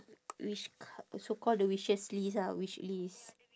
wish car~ so call the wishes list ah wishlist